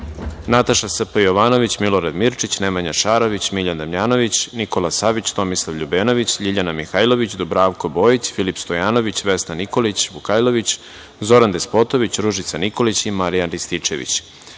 Nataša Sp. Jovanović, Milorad Mirčić, Nemanja Šarović, Miljan Damjanović, Nikola Savić, Tomislav Ljubenović, Ljiljana Mihajlović, Dubravko Bojić, Filip Stojanović, Vesna Nikolić Vukajlović, Zoran Despotović, Ružica Nikolić i Marijan